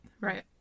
Right